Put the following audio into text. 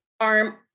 arm